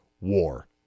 war